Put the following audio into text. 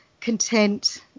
content